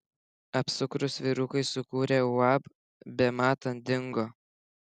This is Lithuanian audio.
apsukrūs vyrukai sukūrę uab bematant dingo